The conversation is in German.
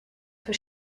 für